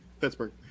Pittsburgh